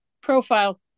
profile